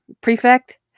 Prefect